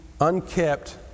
unkept